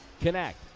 connect